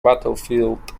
battlefield